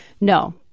No